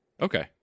okay